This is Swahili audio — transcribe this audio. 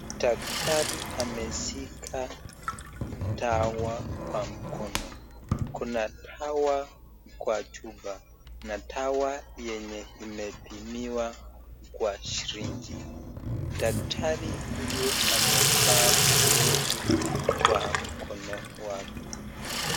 Daktari ameshika dawa kwa mkono, kuna dawa kwa chupa na dawa yenye imepimiwa kwa sirinji. Daktari huyu amevaa glovu kwa mkono wake.